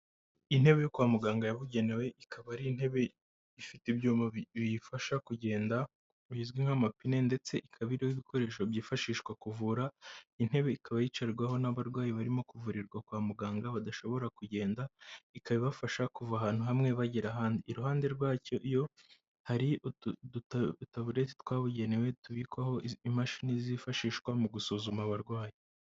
Intebe yo kwa muganga yabugenewe, ikaba ari intebe ifite ibyuma biyifasha kugenda, bizwi nk'amapine, ndetse ikaba iriho ibikoresho byifashishwa kuvura, intebe ikaba yicarirwaho n'abarwayi barimo kuvurirwa kwa muganga badashobora kugenda, ikaba ibafasha kuva ahantu hamwe bagera ahandi, iruhande rwayo hari udutaburete twabugenewe tubikwaho imashini zifashishwa mu gusuzuma abarwayi.